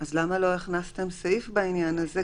אז למה לא הכנסתם סעיף בעניין הזה?